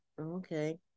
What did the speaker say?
okay